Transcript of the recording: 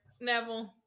neville